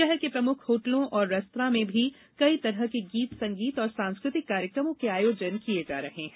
शहर के प्रमुख होटलों और रेस्तरा में भी कई तरह के गीत संगीत और सांस्कृतिक कार्यकमों के आयोजन किये जा रहे हैं